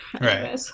Right